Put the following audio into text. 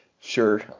sure